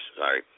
Sorry